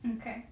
Okay